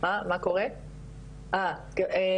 ובעצם